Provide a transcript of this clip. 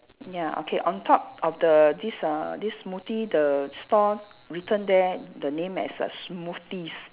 ya okay on top of the this uh this smoothie the stall written there the name as err smoothies